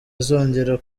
azongera